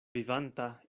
vivanta